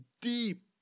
deep